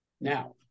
Now